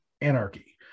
anarchy